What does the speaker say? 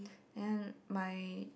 and my